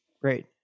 Great